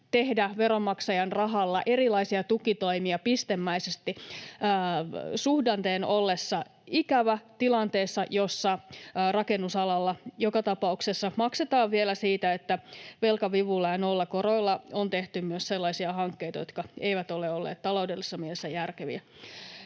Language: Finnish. tehdä veronmaksajien rahalla erilaisia tukitoimia pistemäisesti suhdanteen ollessa ikävä tilanteessa, jossa rakennusalalla joka tapauksessa maksetaan vielä siitä, että velkavivulla ja nollakoroilla on tehty myös sellaisia hankkeita, jotka eivät ole olleet taloudellisessa mielessä järkeviä.